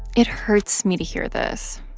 it hurts me to hear this.